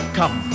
come